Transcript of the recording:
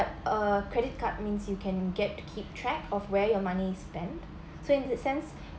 a credit card means you can get to keep track of where your money is spent so in this sense